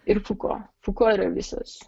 ir fuko fuko yra visas